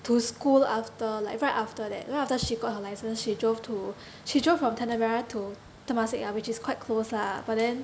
to school after like right after that you know after she got her licence she drove to she drove from tanah merah to temasek ah which is quite close lah but then